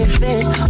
face